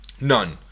none